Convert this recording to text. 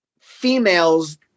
females